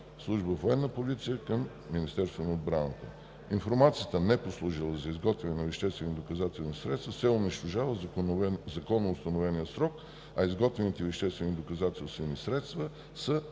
Служба „Военна полиция“ към Министерството на отбраната. Информацията, непослужила за изготвяне на веществени доказателствени средства, се унищожава в законоустановения срок, а изготвените веществени доказателствени средства са